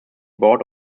board